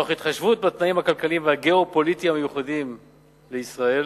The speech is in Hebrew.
תוך התחשבות בתנאים הכלכליים והגיאו-פוליטיים המיוחדים לישראל,